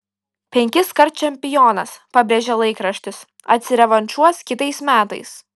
penkiskart čempionas pabrėžė laikraštis atsirevanšuos kitais metais